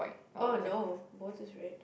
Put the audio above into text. oh no was is red